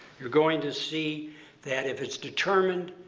you're going to see that if it's determined,